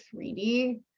3D